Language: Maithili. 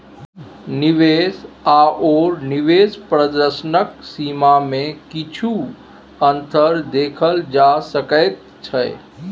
निवेश आओर निवेश प्रदर्शनक सीमामे किछु अन्तर देखल जा सकैत छै